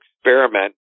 experiment